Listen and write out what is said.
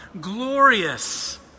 glorious